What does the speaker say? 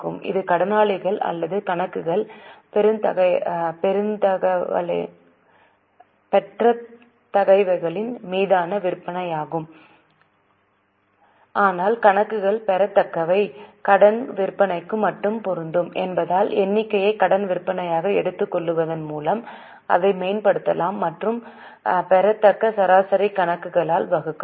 இது கடனாளிகள் அல்லது கணக்குகள் பெறத்தக்கவைகளின் மீதான விற்பனையாகும் ஆனால் கணக்குகள் பெறத்தக்கவை கடன் விற்பனைக்கு மட்டுமே பொருந்தும் என்பதால் எண்ணிக்கையை கடன் விற்பனையாக எடுத்துக்கொள்வதன் மூலம் அதை மேம்படுத்தலாம் மற்றும் பெறத்தக்க சராசரி கணக்குகளால் வகுக்கலாம்